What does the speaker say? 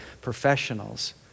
professionals